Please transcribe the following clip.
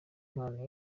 impano